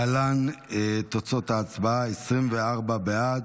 להלן תוצאות ההצבעה: 24 בעד,